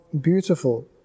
beautiful